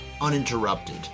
uninterrupted